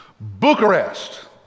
Bucharest